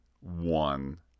one